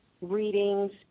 readings